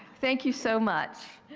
thank you so much.